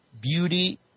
beauty